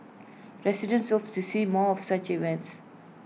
residents hope to see more of such events